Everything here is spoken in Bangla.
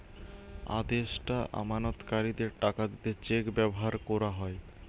আদেষ্টা আমানতকারীদের টাকা দিতে চেক ব্যাভার কোরা হয়